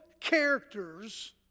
characters